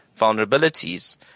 vulnerabilities